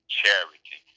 charity